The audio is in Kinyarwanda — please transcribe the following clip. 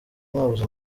mwabuze